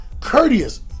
courteous